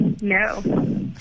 no